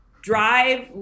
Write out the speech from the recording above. drive